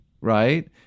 right